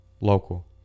local